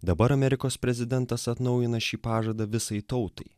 dabar amerikos prezidentas atnaujina šį pažadą visai tautai